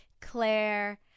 Claire